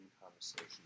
conversation